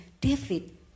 David